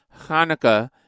Hanukkah